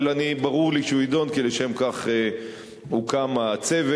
אבל ברור לי שהוא יידון, כי לשם כך הוקם הצוות.